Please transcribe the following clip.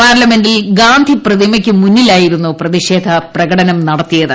പാർലമെന്റിൽ ഗാന്ധി പ്രതിമയ്ക്ക് മുന്നിലായിരുന്നു പ്രതിഷേധ പ്രകടനം നടത്തിയത്